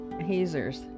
hazers